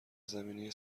زمینه